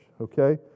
okay